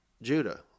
Judah